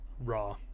raw